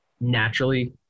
naturally –